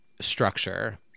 Structure